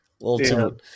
little